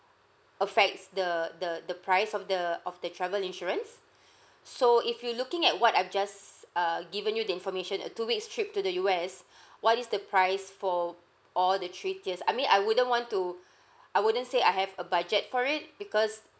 effects the the the price of the of the travel insurance so if you're looking at what I've just err given you the information a two weeks trip to the U_S what is the price for all the three tiers I mean I wouldn't want to I wouldn't say I have a budget for it because